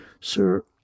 Sir